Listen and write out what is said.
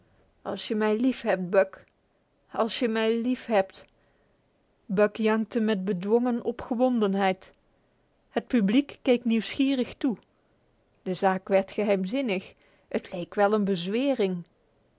als je mij liefhebt buck als je mij liefhebt buck jankte met bedwongen opgewondenheid het publiek keek nieuwsgierig toe de zaak werd geheimzinnig het leek wel een bezwering